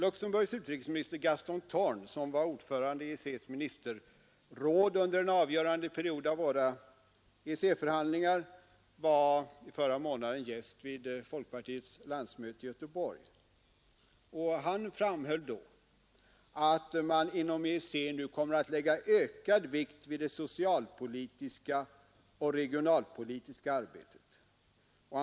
Luxemburgs utrikesminister Gaston Thorn, som var ordförande i EEC:s ministerråd under en avgörande period av våra EEC-förhandlingar, var förra månaden gäst vid folkpartiets landsmöte i Göteborg. Han framhöll då att man inom EEC nu kommer att lägga ökad vikt vid det socialpolitiska och regionalpolitiska arbetet.